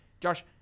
Josh